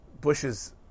Bush's